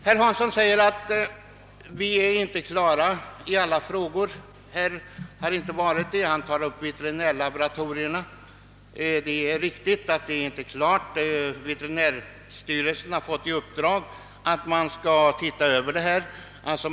Herr Hansson sade att vi inte är klara med alla frågor, och han tog som exempel veterinärlaboratorierna. Det är riktigt att den saken inte är klar.